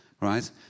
right